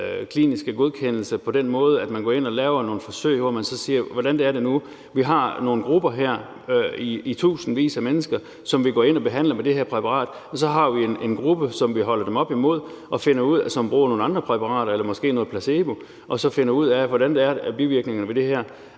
kliniske godkendelse på den måde, at man går ind og laver nogle forsøg, hvor man så siger: Vi har nogle grupper her med tusindvis af mennesker, som vi går ind og behandler med det her præparat, og så har vi en gruppe, som vi holder dem op imod, og som bruger nogle andre præparater eller måske noget placebo, og så finder vi ud af, hvad bivirkningerne er ved det her.